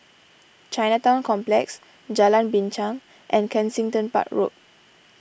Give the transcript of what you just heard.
Chinatown Complex Jalan Binchang and Kensington Park Road